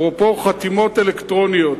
אפרופו חתימות אלקטרוניות,